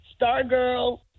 Stargirl